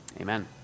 amen